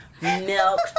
milk